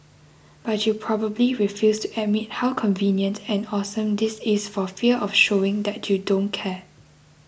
but you probably refuse to admit how convenient and awesome this is for fear of showing that you don't care